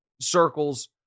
circles